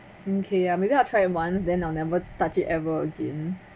okay ya maybe I'll try it once then I'll never touch it ever again